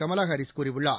Kamala Harris கூறியுள்ளார்